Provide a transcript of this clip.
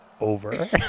over